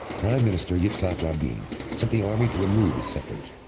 prime minister yitzhak rabin sent the army to remove the settlers,